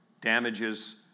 damages